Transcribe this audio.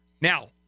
Now